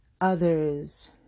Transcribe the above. Others